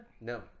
No